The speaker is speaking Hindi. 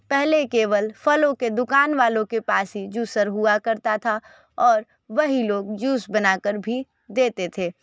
पहले केवल फलों के दुकान वालों के पास ही जूसर हुआ करता था और वही लोग जूस बना कर भी देते थे